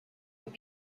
will